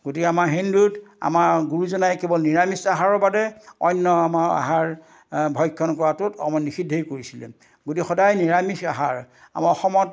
গতিকে আমাৰ হিন্দুত আমাৰ গুৰুজনাই কেৱল নিৰামিষ আহাৰৰ বাদে অন্য আমাৰ আহাৰ ভক্ষণ কৰাটোত আমাৰ নিষিদ্ধই কৰিছিলে গতিকে সদায় নিৰামিষ আহাৰ আমাৰ অসমত